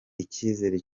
icyizere